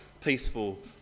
peaceful